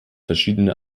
verschiedene